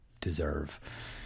deserve